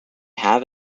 have